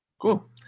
Cool